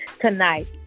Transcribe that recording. tonight